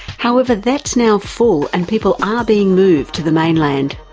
however, that's now full and people are being moved to the mainland.